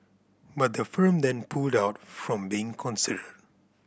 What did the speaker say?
but the firm then pulled out from being considered